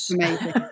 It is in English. Amazing